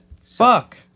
Fuck